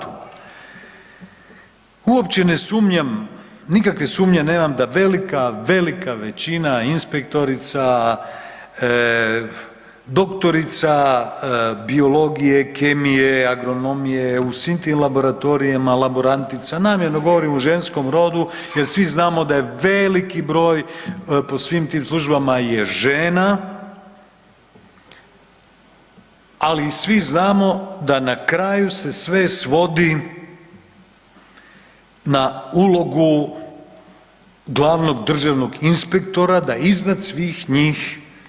Uopće ne sumnjam, nikakve sumnje nema da velika, velika većina inspektorica, doktorica biologije, kemije, agronomije, u svim tim laboratorijima, laborantica, namjerno govorim u ženskom rodu jer svi znamo da je veliki broj po svim tim službama je žena, ali i svi znamo da na kraju se sve svodi na ulogu glavnog državnog inspektora, da je iznad svih njih.